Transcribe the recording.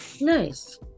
nice